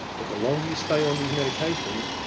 but, the longer you stay on these medications,